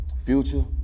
Future